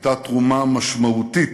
הייתה תרומה משמעותית